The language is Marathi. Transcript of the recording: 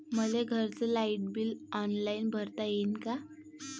मले घरचं लाईट बिल ऑनलाईन भरता येईन का?